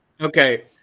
Okay